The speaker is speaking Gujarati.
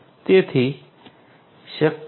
તેથી આ શક્ય છે